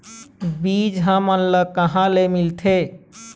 बीज हमन ला कहां ले मिलथे?